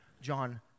John